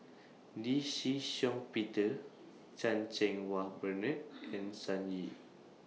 Lee Shih Shiong Peter Chan Cheng Wah Bernard and Sun Yee